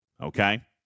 Okay